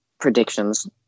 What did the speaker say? predictions